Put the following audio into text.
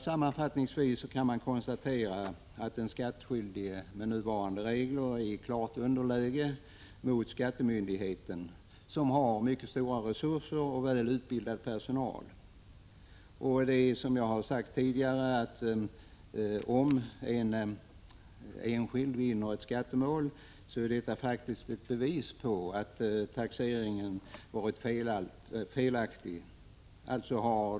Sammanfattningsvis kan man konstatera att den skattskyldige med nuvarande regler befinner sig i klart underläge gentemot skattemyndigheten, som har mycket stora resurser och väl utbildad personal. Om en enskild vinner ett skattemål är detta, som jag tidigare har sagt, faktiskt ett bevis på att taxeringen varit felaktig.